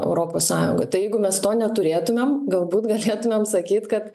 europos sąjungoj tai jeigu mes to neturėtumėm galbūt galėtumėm sakyt kad